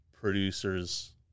producers